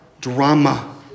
drama